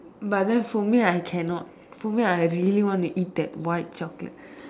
but then for me I cannot for me I really wanna eat that white chocolate